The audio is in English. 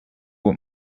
what